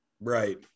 Right